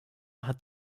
hat